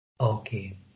okay